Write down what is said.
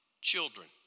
children